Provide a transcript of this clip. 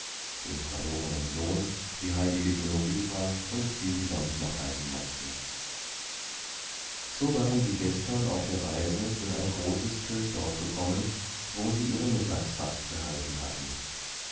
den verlorenen sohn die heilige genoveva und wie sie sonst noch heißen mochten so waren sie gestern auf der reise in ein großes kirchdorf gekommen wo sie ihre mittagsrast gehalten hatten